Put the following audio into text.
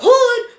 Hood